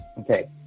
Okay